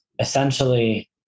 essentially